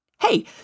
hey